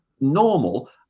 normal